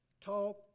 talk